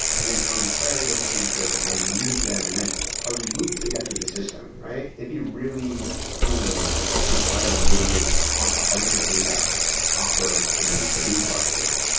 and then how you query those connectors and how you use them and then how you move data through the system, right? it'd be really foolish to try to move a bunch of data off of a hadoop cluster,